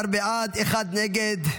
14 בעד, אחד נגד.